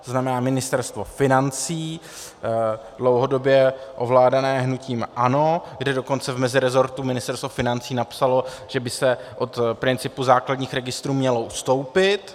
To znamená Ministerstvo financí dlouhodobě ovládané hnutím ANO, kde dokonce v mezirezortu Ministerstvo financí napsalo, že by se od principu základních registrů mělo ustoupit.